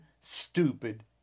stupid